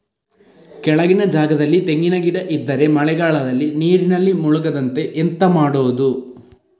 ಕೆಳಗಿನ ಜಾಗದಲ್ಲಿ ತೆಂಗಿನ ಗಿಡ ಇದ್ದರೆ ಮಳೆಗಾಲದಲ್ಲಿ ನೀರಿನಲ್ಲಿ ಮುಳುಗದಂತೆ ಎಂತ ಮಾಡೋದು?